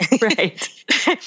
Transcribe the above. Right